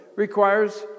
Requires